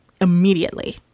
immediately